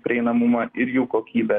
prieinamumą ir jų kokybę